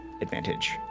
advantage